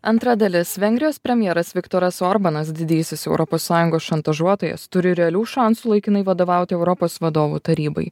antra dalis vengrijos premjeras viktoras orbanas didysis europos sąjungos šantažuotojas turi realių šansų laikinai vadovauti europos vadovų tarybai